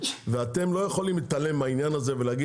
ואתם לא יכולים להתעלם מהדבר הזה ולהגיד